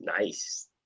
Nice